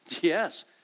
Yes